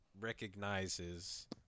recognizes